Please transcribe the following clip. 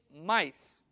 mice